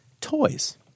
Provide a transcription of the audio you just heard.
toys